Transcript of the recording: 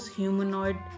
humanoid